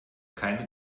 keine